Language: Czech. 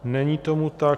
Není tomu tak.